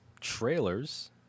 trailers